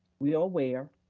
we are aware,